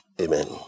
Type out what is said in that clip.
Amen